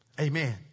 Amen